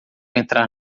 entrar